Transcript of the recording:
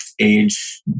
age